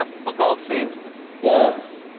phone call saying yes.